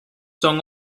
son